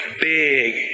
big